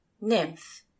nymph